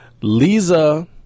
Lisa